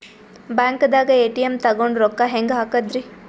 ಬ್ಯಾಂಕ್ದಾಗ ಎ.ಟಿ.ಎಂ ತಗೊಂಡ್ ರೊಕ್ಕ ಹೆಂಗ್ ಹಾಕದ್ರಿ?